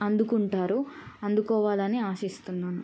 అందుకుంటారు అందుకోవాలని ఆశిస్తున్నాను